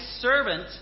servant